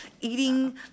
eating